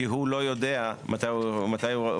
כי הוא לא יודע מתי הוא,